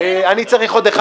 אני צריך עוד אחד